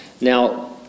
Now